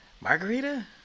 margarita